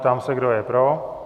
Ptám se, kdo je pro.